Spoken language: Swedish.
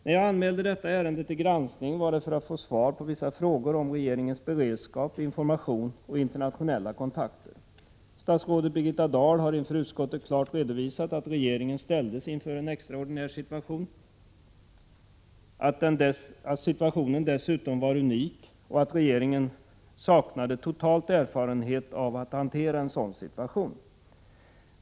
När jag anmälde detta ärende till granskning var det för att få svar på vissa frågor om regeringens beredskap, information och internationella kontakter. Statsrådet Birgitta Dahl har inför utskottet klart redovisat att regeringen ställdes inför en extraordinär situation, att denna dessutom var unik och att regeringen totalt saknade erfarenhet av att hantera en sådan situation.